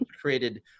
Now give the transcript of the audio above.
created